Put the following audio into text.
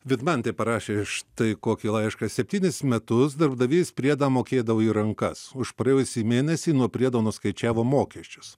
vidmantė parašė štai kokį laišką septynis metus darbdavys priedą mokėdavo į rankas už praėjusį mėnesį nuo priedo nuskaičiavo mokesčius